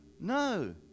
No